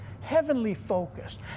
heavenly-focused